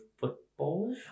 football